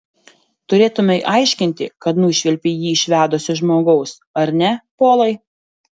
turėtumei aiškinti kad nušvilpei jį iš vedusio žmogaus ar ne polai